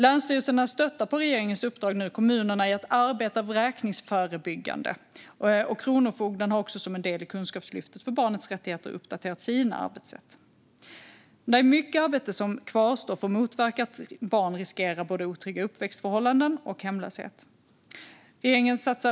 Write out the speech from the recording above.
Länsstyrelserna stöttar på regeringens uppdrag kommunerna i att arbeta vräkningsförebyggande, och Kronofogden har också som en del i Kunskapslyftet för barnets rättigheter uppdaterat sina arbetssätt. Det är mycket arbete som kvarstår för att motverka att barn riskerar otrygga uppväxtförhållanden och hemlöshet.